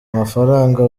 amafaranga